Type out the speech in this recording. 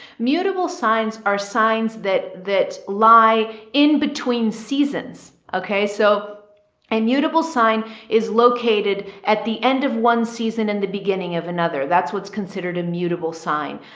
mutable signs are signs that, that lie in between seasons. seasons. okay. so immutable sign is located at the end of one season. in the beginning of another that's what's considered a mutable sign.